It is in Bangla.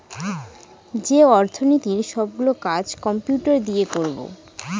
যে অর্থনীতির সব গুলো কাজ কম্পিউটার দিয়ে করাবো